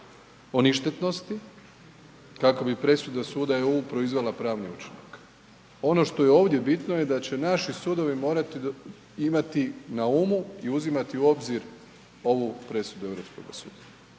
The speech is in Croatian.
o ništetnosti, kako bi presuda suda EU proizvela pravni učinak. Ono što je ovdje bitno je da će naši sudovi morati imati na umu i uzimati u obzir ovu presudu Europskoga suda,